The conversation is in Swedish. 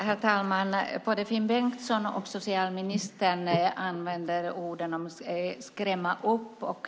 Herr talman! Både Finn Bengtsson och socialministern använder orden skrämma upp.